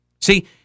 See